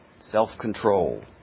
Self-control